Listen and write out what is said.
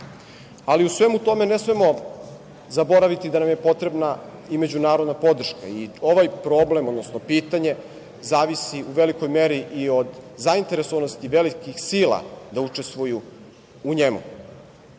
svemu tome ne smemo zaboraviti da nam je potrebna i međunarodna podrška. Ovaj problem, odnosno pitanje, zavisi u velikoj meri i od zainteresovanosti velikih sila da učestvuju u njemu.